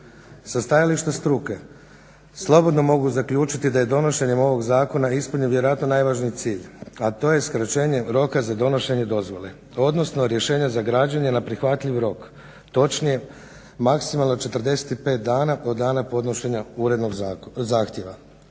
Sa stajališta struke slobodno mogu zaključiti da je donošenjem ovog zakona ispunjen vjerojatno najvažniji cilj, a to je skraćenje roka za donošenje dozvole, odnosno rješenja za građenje na prihvatljiv rok, točnije maksimalno 45 dana od dana podnošenja urednog zahtjeva.